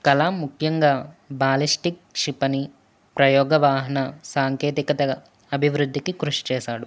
కలామ్ ముఖ్యంగా బాలిష్టిక్ క్షిపణి ప్రయోగ వాహన సాంకేతికత అభివృద్ధికి కృషి చేశాడు